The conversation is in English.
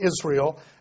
Israel